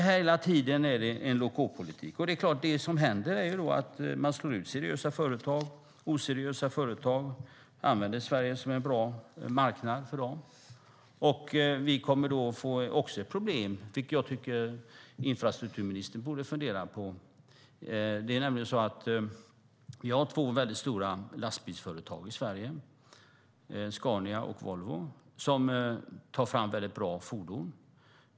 Hela tiden är det en låtgåpolitik. Det som händer är då självklart att seriösa företag slås ut. Oseriösa företag använder Sverige som en bra marknad. Det finns ett annat problem som jag tycker att infrastrukturministern borde fundera på. Det är nämligen så att vi har två stora lastbilsföretag i Sverige, Scania och Volvo, som tar fram väldigt bra fordon.